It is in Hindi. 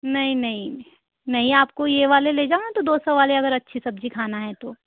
नहीं नहीं नहीं आप को ये वाले ले जाना तो दो सौ वाले अगर अच्छी सब्जी खाना है तो